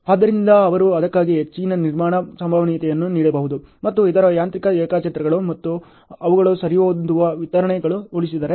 ಆದ್ದರಿಂದ ಅವರು ಅದಕ್ಕಾಗಿ ಹೆಚ್ಚಿನ ಪುನರ್ನಿರ್ಮಾಣ ಸಂಭವನೀಯತೆಯನ್ನು ನೀಡಬಹುದು ಮತ್ತು ಇತರ ಯಾಂತ್ರಿಕ ರೇಖಾಚಿತ್ರಗಳು ಅಥವಾ ಅವುಗಳು ಸರಿಹೊಂದುವ ವಿತರಣೆಗಳಿಗೆ ಹೋಲಿಸಿದರೆ